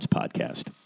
podcast